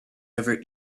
over